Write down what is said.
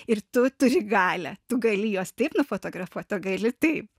ir tu turi galią tu gali juos taip nufotografuot o gali taip